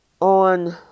On